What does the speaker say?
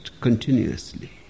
continuously